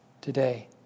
today